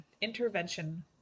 intervention